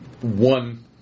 One